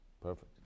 Perfect